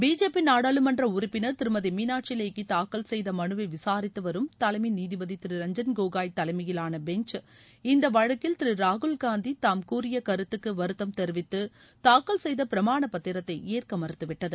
BJP நாடாளுமன்ற உறுப்பினர் திருமதி மீனாட்சி லேக்கி தாக்கல் செய்த மனுவை விசாரித்து வரும் தலைமை நீதிபதி திரு ரஞ்சன் கோகோய் தலைமையிலான பெஞ்ச் இந்த வழக்கில் திரு ராகுல்காந்தி தாம் கூறிய கருத்துக்கு வருத்தம் தெரிவித்து தாக்கல் செய்த பிரமாணப் பத்திரத்தை ஏற்க மறுத்து விட்டது